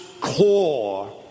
core